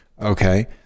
Okay